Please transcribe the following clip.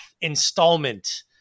installment